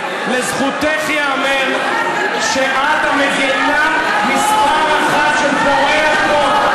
לזכותך ייאמר שאת המגינה מספר אחת של פורעי החוק,